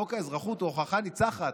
חוק האזרחות הוא הוכחה ניצחת,